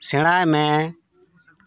ᱥᱮᱸᱬᱟᱭ ᱢᱮ